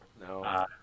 No